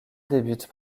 débute